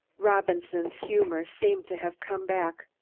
robinson's humor seemed to have come back.